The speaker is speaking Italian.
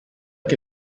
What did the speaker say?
che